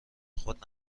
خود